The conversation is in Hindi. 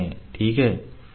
ठीक है